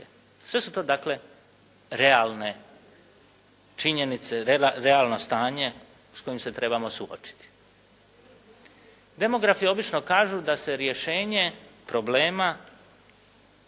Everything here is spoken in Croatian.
Sve su to dakle realne činjenice, realno stanje s kojim se trebamo suočiti. Demografi obično kažu da se rješenje problema